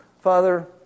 Father